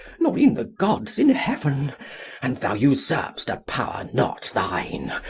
nor e'en the gods in heaven and thou usurp'st a power not thine.